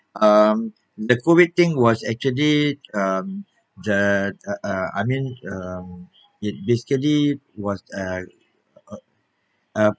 um the COVID thing was actually um the uh uh I mean um it basically was uh um